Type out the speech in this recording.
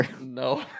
No